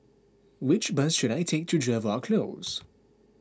which bus should I take to Jervois Close